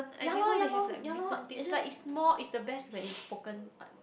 ya loh ya loh ya loh it's like it's more it's the best when it's spoken what